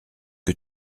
que